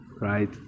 right